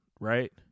Right